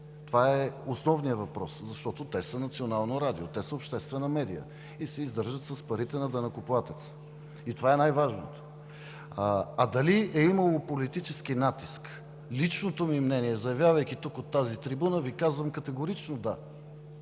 Това е основният въпрос, защото те са национално радио, те са обществена медия и се издържат с парите на данъкоплатеца. Това е най-важното. Дали е имало политически натиск? Личното ми мнение, заявявайки го от тази трибуна, Ви казвам: категорично да!